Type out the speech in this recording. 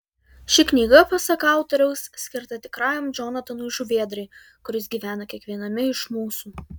ši knyga pasak autoriaus skirta tikrajam džonatanui žuvėdrai kuris gyvena kiekviename iš mūsų